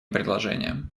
предложением